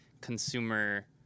consumer